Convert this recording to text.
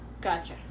Gotcha